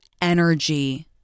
energy